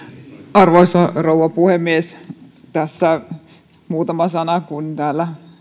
arvoisa rouva puhemies muutama sana kun täällä